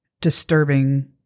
disturbing